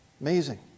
Amazing